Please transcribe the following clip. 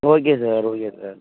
okay sir okay sir